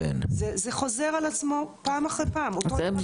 זה חוזר על עצמו פעם אחרי פעם, אותו דבר בדיוק.